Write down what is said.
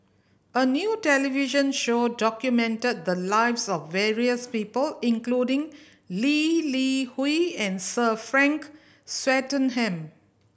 a new television show documented the lives of various people including Lee Li Hui and Sir Frank Swettenham